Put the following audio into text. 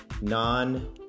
non